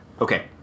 okay